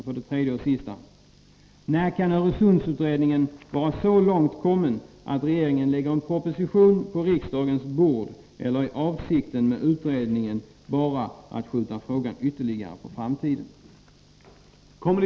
För det tredje och sista: När kan Öresundsutredningen vara så långt kommen att regeringen lägger en proposition på riksdagens bord? Eller är avsikten med utredningen bara att skjuta frågan ytterligare på framtiden?